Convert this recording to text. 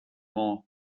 more